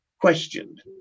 questioned